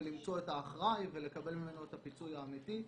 למצוא את האחראי ולקבל ממנו את הפיצוי האמתי.